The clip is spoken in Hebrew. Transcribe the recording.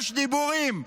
יש דיבורים.